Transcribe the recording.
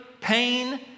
pain